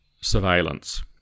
surveillance